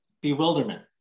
bewilderment